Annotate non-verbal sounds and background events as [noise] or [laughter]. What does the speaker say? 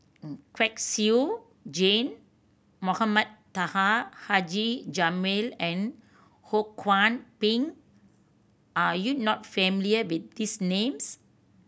[hesitation] Kwek Siew Jin Mohamed Taha Haji Jamil and Ho Kwon Ping are you not familiar with these names